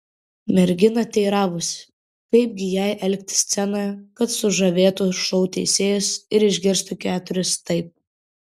mergina teiravosi kaip gi jai elgtis scenoje kad sužavėtų šou teisėjus ir išgirstų keturis taip